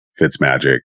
Fitzmagic